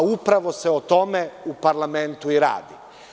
Upravo se o tome u parlamentu i radi.